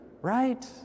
right